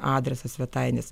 adresą svetainės